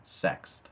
sexed